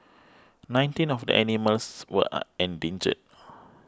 nineteen of the animals were endangered